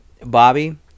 Bobby